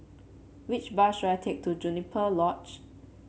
which bus should I take to Juniper Lodge